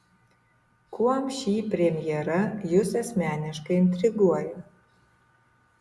kuom ši premjera jus asmeniškai intriguoja